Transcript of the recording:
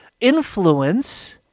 influence